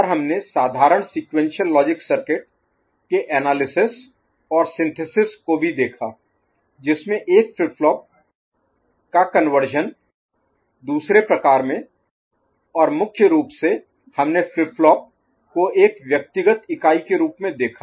और हमने साधारण सीक्वेंशियल लॉजिक सर्किट के एनालिसिस Analysis विश्लेषण और सिंथेसिस Synthesis संश्लेषण को भी देखा जिसमे एक फ्लिप फ्लॉप का कन्वर्शन Conversion रूपांतरण दूसरे प्रकार में और मुख्य रूप से हमने फ्लिप फ्लॉप को एक व्यक्तिगत इकाई के रूप में देखा